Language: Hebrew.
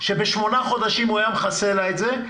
בשמונה חודשים הוא היה מכסה לה את זה,